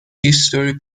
history